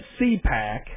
CPAC